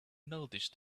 noticed